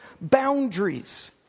boundaries